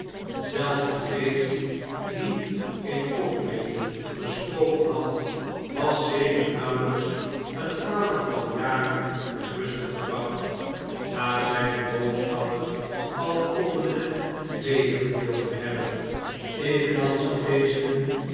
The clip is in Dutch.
zelfs de geest die in cocklane gespalkt had was sedert nauwelps een twaalftal jaren ter rust gebracht na zgne boodschappen al kloppende medegedeeld te hebben evenals de geesten